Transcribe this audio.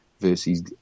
versus